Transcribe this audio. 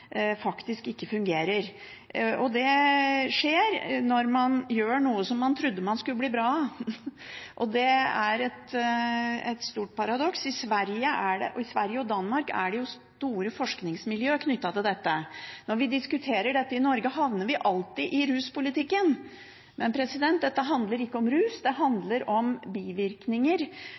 faktisk ikke fungerer. Det skjer når man inntar noe man trodde man skulle bli bra av, og det er et stort paradoks. I Sverige og Danmark er det store forskningsmiljø knyttet til dette. Når vi diskuterer dette i Norge, havner vi alltid i en diskusjon om ruspolitikken, men dette handler ikke om rus, det handler om bivirkninger